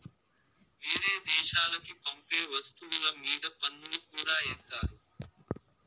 వేరే దేశాలకి పంపే వస్తువుల మీద పన్నులు కూడా ఏత్తారు